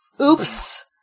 oops